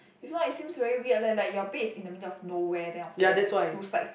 if not it seems very weird leh like your bed is in the middle of nowhere then after that two sides